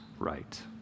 Right